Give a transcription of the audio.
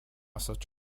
such